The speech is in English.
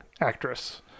actress